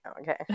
okay